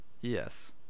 yes